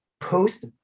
post